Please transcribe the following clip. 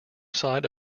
side